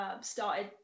started